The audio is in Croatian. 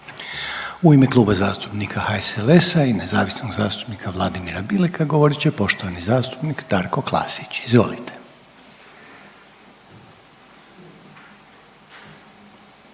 U ime Kluba zastupnika HSLS-a i nezavisnog zastupnika Vladimira Bileka govorit će poštovani zastupnik Darko Klasić, izvolite.